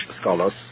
scholars